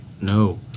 No